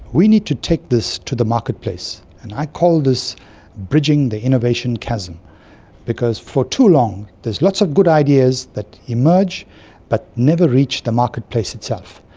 we need to take this to the marketplace, and i call this bridging the innovation chasm because for too long there is lots of good ideas that emerge but never reach the marketplace itself.